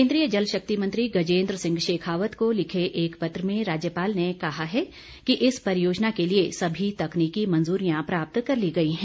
केंद्रीय जल शक्ति मंत्री गजेंद्र सिंह शेखावत को लिखे एक पत्र में राज्यपाल ने कहा है कि इस परियोजना के लिए सभी तकनीकी मंजूरियां प्राप्त कर ली गई हैं